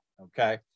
okay